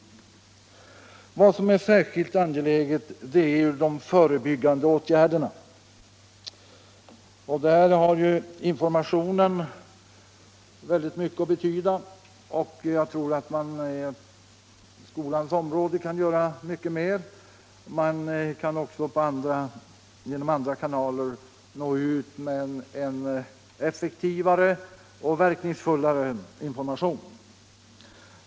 Vad som är särskilt angeläget är de förebyggande åtgärderna. Där har ju informationen väldigt mycket att betyda, och jag tror att man på skolans område kan göra mycket mer. Man kan också genom andra kanaler nå ut med en effektivare och verkningsfullare information.